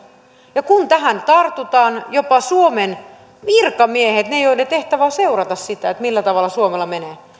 ja tähän tarttuvat jopa suomen virkamiehet ne joiden tehtävä on seurata sitä millä tavalla suomella menee